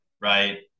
right